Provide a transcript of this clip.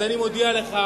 אז אני מודיע לך,